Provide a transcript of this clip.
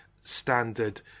standard